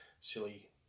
silly